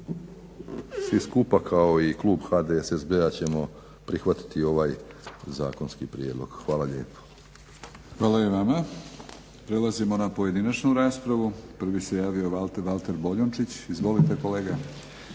svi skupa kao i klub HDSSB-a ćemo prihvatiti ovaj zakonski prijedlog. Hvala lijepo. **Batinić, Milorad (HNS)** Hvala i vama. Prelazimo na pojedinačnu raspravu. Prvi se javio Valter Boljunčić. Izvolite kolega.